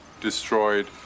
destroyed